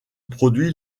produit